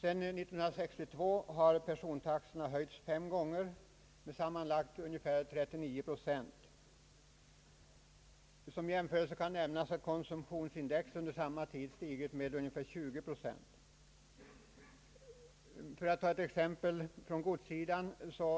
Sedan 1962 har persontaxorna höjts fem gånger med sammanlagt ungefär 39 procent. Som jämförelse kan nämnas att konsumtionsprisindex under samma tid stigit med ungefär 20 procent. För att ta ett exempel från godssidan